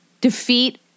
defeat